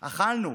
אכלנו.